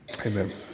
Amen